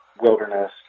wilderness